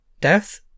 Death